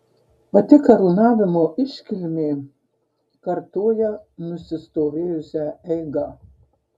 pati karūnavimo iškilmė kartoja nusistovėjusią eigą